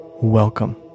Welcome